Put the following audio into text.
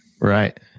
Right